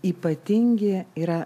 ypatingi yra